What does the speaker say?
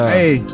Hey